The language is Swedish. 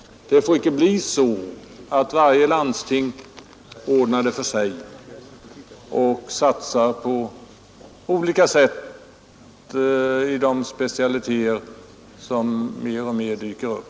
Det får icke bli så att varje landsting ordnar det för sig och satsar på olika sätt i de specialiteter som undan för undan dyker upp.